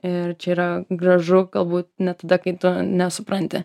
ir čia yra gražu galbūt net tada kai tu nesupranti